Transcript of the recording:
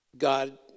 God